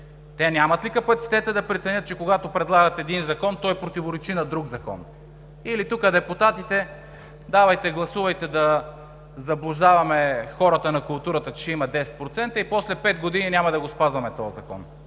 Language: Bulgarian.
Те нямат ли капацитета да преценят, че когато предлагат един закон, той противоречи на друг закон? Или тук депутатите – давайте, гласувайте да заблуждаваме хората на културата, че ще има 10% и после пет години няма да спазваме този закон?